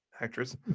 actress